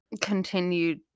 continued